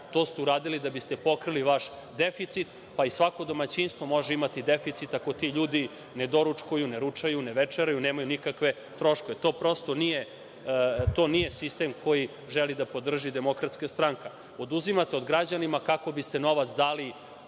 To ste uradili da biste pokrili vaš deficit, pa i svako domaćinstvo može imati deficit ako ti ljudi ne doručkuju, ne ručaju, ne večeraju, nemaju nikakve troškove. To nije sistem koji želi da podrži DS. Oduzimate od građana kako biste novac dali